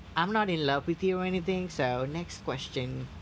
I'm not in love with you or anything so next question